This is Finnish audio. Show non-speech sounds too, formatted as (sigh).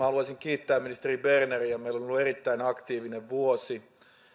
(unintelligible) haluaisin kiittää ministeri berneriä meillä on ollut erittäin aktiivinen vuosi